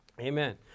Amen